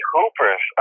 Hoopers